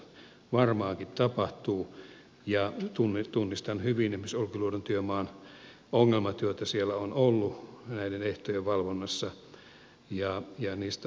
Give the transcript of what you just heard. tämmöistä varmaankin tapahtuu ja tunnistan hyvin esimerkiksi olkiluodon työmaan ongelmat joita siellä on ollut näiden ehtojen valvonnassa ja niistä ottakaamme opiksi